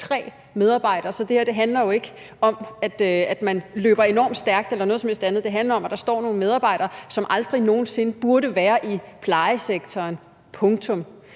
tre medarbejdere i den her situation. Så det her handler jo ikke om, at man løber enormt stærkt eller noget som helst andet. Det handler om, at der står nogle medarbejdere, som aldrig nogen sinde burde være i plejesektoren – punktum!